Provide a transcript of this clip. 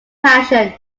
passion